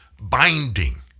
binding